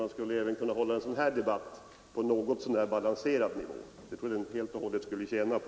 Jag tycker att man borde kunna hålla även en sådan här debatt på en något så när balanserad nivå. Det skulle debatten tjäna på.